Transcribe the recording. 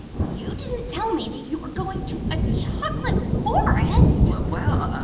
you didn't tell me that you were going to a chocolate forest well.